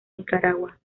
nicaragua